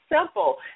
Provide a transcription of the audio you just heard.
simple